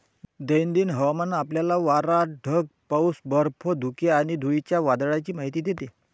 दैनंदिन हवामान आपल्याला वारा, ढग, पाऊस, बर्फ, धुके आणि धुळीच्या वादळाची माहिती देते